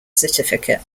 certificate